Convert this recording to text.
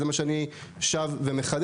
וזה מה שאני שב ומחדד.